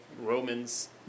Romans